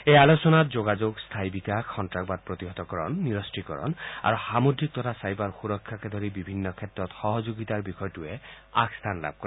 এই আলোচনাত যোগাযোগ স্থায়ী বিকাশ সন্তাসবাদ প্ৰতিহতকৰণ নিৰস্ত্ৰীকৰণ আৰু সামুদ্ৰিক তথা ছাইবাৰ সুৰক্ষাকে ধৰি বিভিন্ন ক্ষেত্ৰত সহযোগিতাৰ বিষয়টোৱে আগস্থান লাভ কৰে